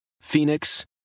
Phoenix